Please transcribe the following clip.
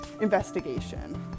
investigation